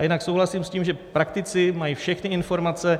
A jinak souhlasím s tím, že praktici mají všechny informace.